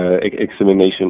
examination